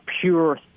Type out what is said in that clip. pure